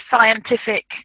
scientific